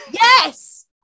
yes